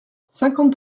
cinquante